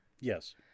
Yes